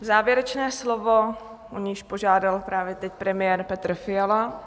Závěrečné slovo, o něž požádal právě teď premiér Petr Fiala...